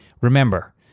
Remember